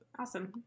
Awesome